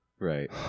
Right